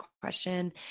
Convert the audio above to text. question